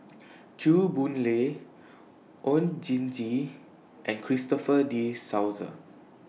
Chew Boon Lay Oon Jin Gee and Christopher De Souza